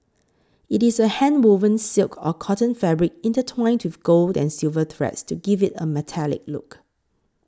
it is a handwoven silk or cotton fabric intertwined with gold and silver threads to give it a metallic look